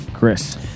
Chris